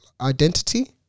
identity